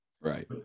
Right